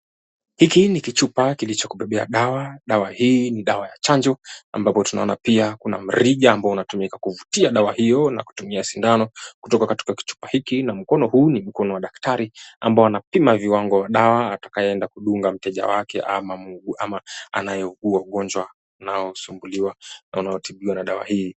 Hiki ni kichupa kilichokubebea dawa. Dawa hii ni dawa ya chanjo, ambapo tunaona pia kuna mrija ambao unatumika kuvutia dawa hiyo na kutumia sindano kutoka katika kichupa hiki, na mkono huu ni mkono wa daktari, ambao anapima viwango dawa atakayeenda kudunga mteja wake ama anayeugua ugonjwa wanaosumbuliwa na wanaotibiwa na dawa hii.